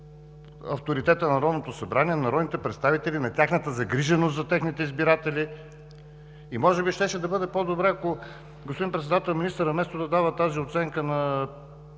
авторитетът на Народното събрание, на народните представители, на тяхната загриженост за техните избиратели. Може би ще щеше да бъде по-добре, господин Председател, ако министърът, вместо да дава тази оценка на